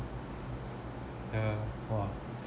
yeah !wah!